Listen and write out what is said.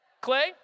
Clay